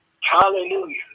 Hallelujah